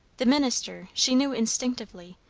the minister, she knew instinctively,